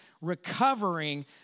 recovering